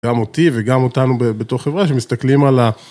גם אותי וגם אותנו בתוך חברה שמסתכלים על ה...